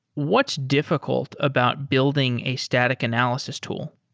what's difficult about building a static analysis tool?